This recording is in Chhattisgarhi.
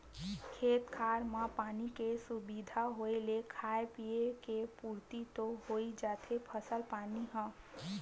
खेत खार म पानी के सुबिधा होय ले खाय पींए के पुरति तो होइ जाथे फसल पानी ह